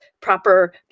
proper